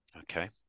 Okay